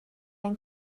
ein